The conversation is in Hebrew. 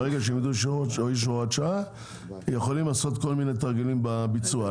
ברגע שהם ידעו שיש הוראת שעה יכולים לעשות כל מיני תרגילים בביצוע.